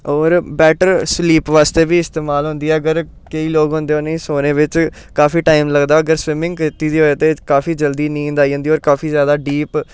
होर better sleep बास्तै बी इस्तमाल होंदी ऐ अगर केईं लोग होंदे उनेंई सोने बिच्च काफी टाइम लगदा अगर स्विमिंग कीती दी होए ते काफी जल्दी नींद आई जंदी होर काफी ज्यादा डीप